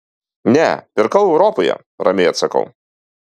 ne pirkau europoje ramiai atsakau